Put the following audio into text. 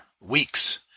weeks